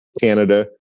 canada